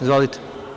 Izvolite.